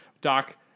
Doc